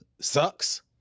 sucks